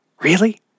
Really